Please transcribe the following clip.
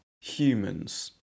humans